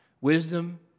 Wisdom